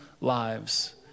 lives